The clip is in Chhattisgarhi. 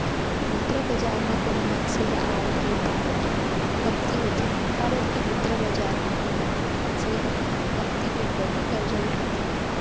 मुद्रा बजार म कोनो मनसे ल आय ऐ पाय के कमती होथे काबर के मुद्रा बजार म कोनो मनसे ह कमती दिन बर ही करजा उठाथे